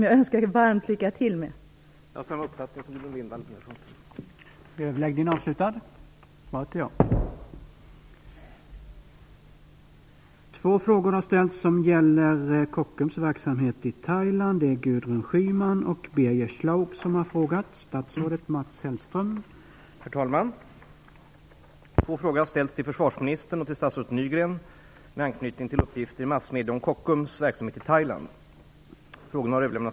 Jag önskar er varmt lycka till med det.